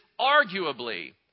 arguably